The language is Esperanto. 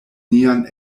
nian